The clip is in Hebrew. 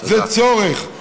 זה צורך,